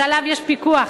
שעליו יש פיקוח,